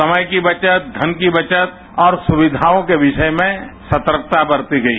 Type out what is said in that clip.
समय की बचत धन की बचत और सुक्वियाओं की विषय में सतर्कता बरती गई